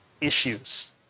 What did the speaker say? issues